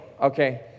okay